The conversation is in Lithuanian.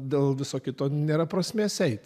dėl viso kito nėra prasmės eiti